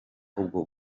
ubwo